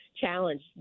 challenge